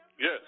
Yes